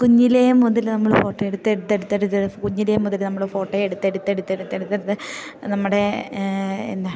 കുഞ്ഞിലെ മുതൽ നമ്മൾ ഫോട്ടോ എടുത്ത് എടുത്തെടുത്തെടുത്ത് കുഞ്ഞിലെ മുതൽ നമ്മൾ ഫോട്ടോ എടുത്ത് എടുത്തെടുത്ത് എടുത്തെടുത്ത് നമ്മുടെ എന്നാ